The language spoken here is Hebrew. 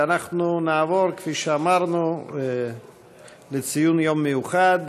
אנחנו נעבור, כפי שאמרנו, לציון יום מיוחד.